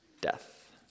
death